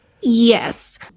Yes